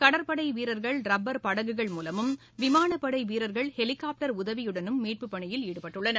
கடற்படைவீரர்கள் rubber படகுகள் மூலமும் விமானப்படைவீரர்கள் ஹெலிகாப்டர் உதவியுடனும் மீட்புப் பணியில் ஈடுபட்டுள்ளனர்